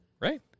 right